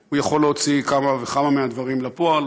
שהוא יכול להוציא כמה וכמה מהדברים לפעול,